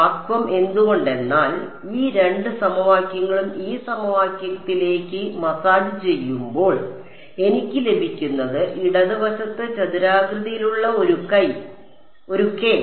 vacuum എന്തുകൊണ്ടെന്നാൽ ഈ രണ്ട് സമവാക്യങ്ങളും ഈ സമവാക്യത്തിലേക്ക് മസാജ് ചെയ്യുമ്പോൾ എനിക്ക് ലഭിക്കുന്നത് ഇടത് വശത്ത് ചതുരാകൃതിയിലുള്ള ഒരു കെ